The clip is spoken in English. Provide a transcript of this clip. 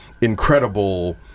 incredible